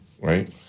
right